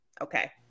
Okay